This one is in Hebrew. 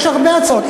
יש הרבה הצעות.